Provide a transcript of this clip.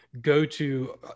go-to